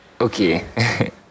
Okay